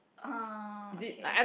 uh okay